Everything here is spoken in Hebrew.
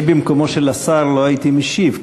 אני במקומו של השר לא הייתי משיב,